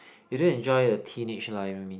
they don't enjoy a teenage life you mean